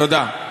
תודה.